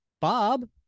bob